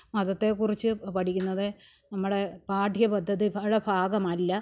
മതത്തെക്കുറിച്ച് പഠിക്കുന്നത് നമ്മൾ പാഠ്യപദ്ധതിയുടെ ഭാഗമല്ല